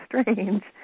strange